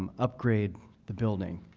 um upgrade the building.